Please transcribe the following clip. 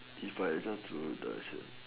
if I just adjust to the shirt